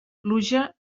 pluja